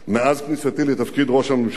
מאז כניסתי לתפקיד ראש הממשלה